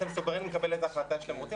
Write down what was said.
אתם סוברניים לקבל איזו החלטה שאתם רוצים,